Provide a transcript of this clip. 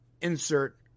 insert